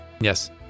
Yes